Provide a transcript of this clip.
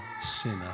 sinner